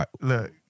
Look